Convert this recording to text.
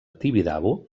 tibidabo